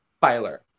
Filer